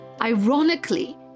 Ironically